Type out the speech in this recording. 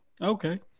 okay